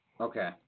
Okay